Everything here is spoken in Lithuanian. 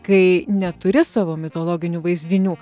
kai neturi savo mitologinių vaizdinių